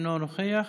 אינו נוכח,